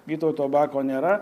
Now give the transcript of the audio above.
vytauto bako nėra